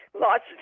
Lots